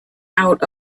out